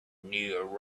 new